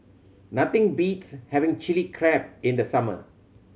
nothing beats having Chilli Crab in the summer